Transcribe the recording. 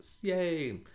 yay